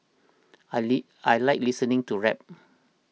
I leak I like listening to rap